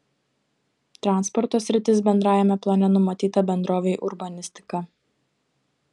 transporto sritis bendrajame plane numatyta bendrovei urbanistika